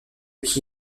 qui